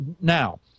Now